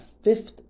fifth